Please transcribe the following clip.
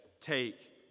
Take